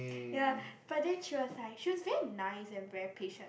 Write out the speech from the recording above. ya but then she was like she was very nice and very patient